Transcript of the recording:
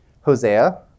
Hosea